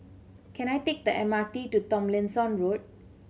can I take the M R T to Tomlinson Road